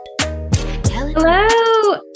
Hello